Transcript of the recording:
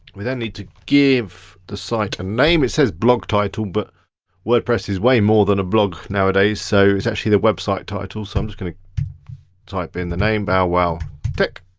need to give the site a name. it says blog title, but wordpress is way more than a blog nowadays, so it's actually the website title. so i'm just gonna type in the name, bowwowtech.